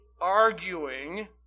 arguing